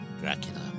Dracula